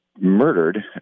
murdered